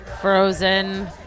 Frozen